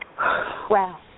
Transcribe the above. Wow